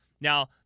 Now